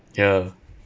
ya